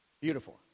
Beautiful